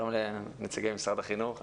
שלום לנציגי משרד החינוך.